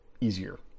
easier